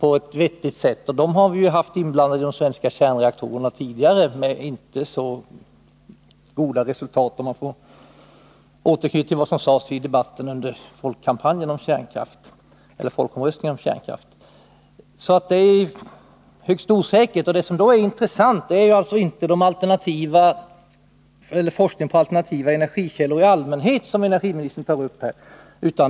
Detta företag har ju varit inblandat i svenska kärnreaktorer tidigare — med mindre goda resultat, om jag får återknyta till vad som sades inför folkomröstningen om kärnkraft. Det hela är alltså högst osäkert. Det som då är intressant är inte forskning på alternativa energikällor i allmänhet, som energiministern tog upp.